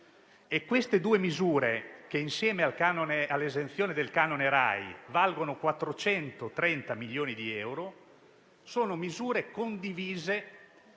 Queste due misure, che insieme all'esenzione dal pagamento del canone RAI valgono 430 milioni di euro, sono condivise